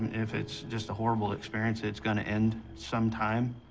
if it's just a horrible experience, it's gonna end sometime,